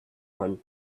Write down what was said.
one